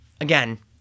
again